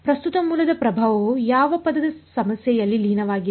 ಪ್ರಸ್ತುತ ಮೂಲದ ಪ್ರಭಾವವು ಯಾವ ಪದದ ಸಮಸ್ಯೆಯಲ್ಲಿ ಲೀನವಾಗಿದೆ